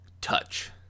touch